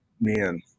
Man